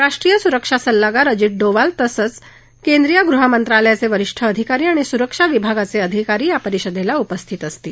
राष्ट्रीय सुरक्षा सल्लागार अजित डोवाल तसंच केंद्रीय गृहमंत्रालयाचे वरिष्ठ अधिकारी आणि सुरक्षा विभागाचे अधिकारी या परिषदेला उपस्थित असतील